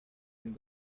and